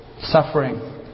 suffering